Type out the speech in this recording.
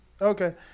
Okay